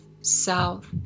south